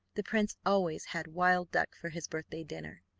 the prince always had wild duck for his birthday dinner,